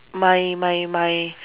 my my my